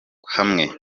hamwe